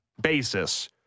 basis